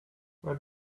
where